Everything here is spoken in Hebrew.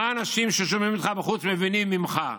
מה אנשים ששומעים אותך בחוץ מבינים ממך?